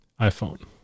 iPhone